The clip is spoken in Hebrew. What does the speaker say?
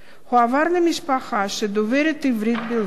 הועבר למשפחה דוברת עברית בלבד,